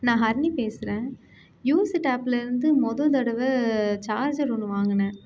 நான் ஹரிணி பேசுறேன் யூஸிட் ஆப்லிருந்து முதல் தடவை சார்ஜர் ஒன்று வாங்கினேன்